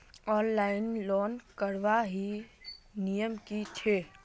Online loan करवार नियम की छे?